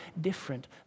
different